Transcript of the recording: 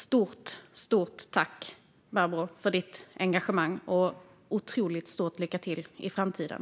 Stort tack, Barbro, för ditt engagemang, och otroligt stort lycka till i framtiden!